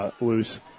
loose